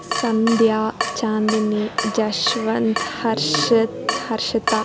Sandhya Chandini Jashwant Harshad Harshita